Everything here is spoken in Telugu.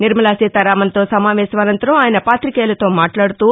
నిర్మలాసీతారామన్ తో సమావేశం అనంతరం ఆయన పాతికేయులతో మాట్లాడుతూ